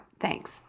Thanks